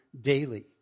daily